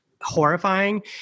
Horrifying